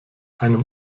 einem